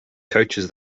coaches